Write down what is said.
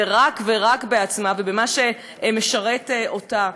ואךק ורק בעצמה ובמה שמשרת אותה,